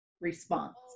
response